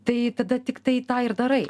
tai tada tiktai tą ir darai